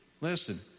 listen